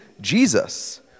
Jesus